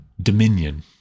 Dominion